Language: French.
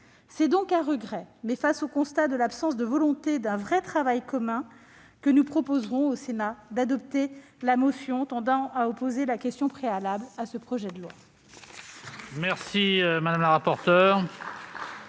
C'est donc à regret, face au constat de l'absence de volonté d'un vrai travail commun, que nous proposerons au Sénat d'adopter la motion tendant à opposer à ce projet de loi